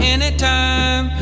Anytime